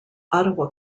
ottawa